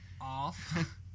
off